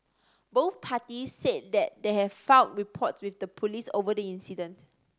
both parties said that they have filed reports with the police over the incident